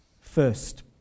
First